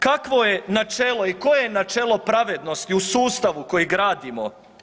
Kakvo je načelo i koje je načelo pravednosti u sustavu koji gradimo?